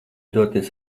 doties